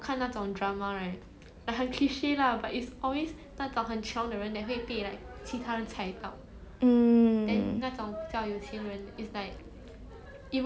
mm